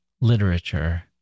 literature